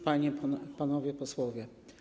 Panie i Panowie Posłowie!